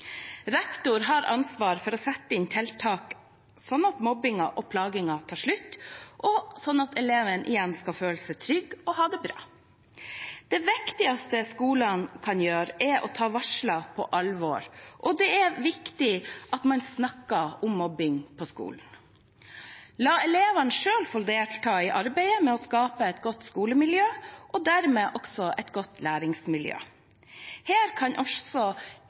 Rektor har ansvar for å sette inn tiltak, slik at mobbingen og plagingen tar slutt, og slik at elevene igjen skal føle seg trygge og ha det bra. Det viktigste skolene kan gjøre, er å ta varsler på alvor, og det er viktig at man snakker om mobbing på skolen. Ved å la elevene selv få delta i arbeidet med å skape et godt skolemiljø, skaper man dermed også et godt læringsmiljø. Her kan